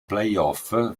playoff